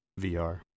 VR